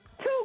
Two